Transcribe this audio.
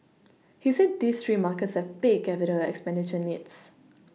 he said these three markets have big capital expenditure needs